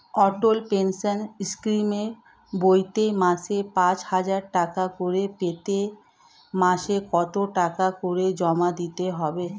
অটল pension স্কিমের বইতে মাসে পাঁচ হাজার টাকা করে পেতে মাসে কত টাকা করে জমা দিতে হবে?